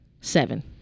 Seven